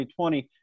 2020